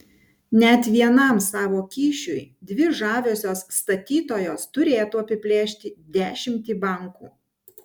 net vienam savo kyšiui dvi žaviosios statytojos turėtų apiplėšti dešimtį bankų